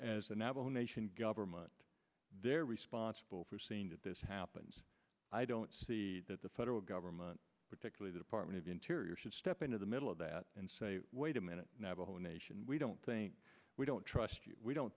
navajo nation government they're responsible for seeing that this happens i don't see that the federal government particularly the department of interior should step into the middle of that and say wait a minute navajo nation we don't think we don't trust you we don't